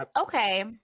okay